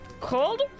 cold